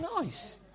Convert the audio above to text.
nice